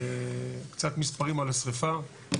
קצת מספרים על השריפה,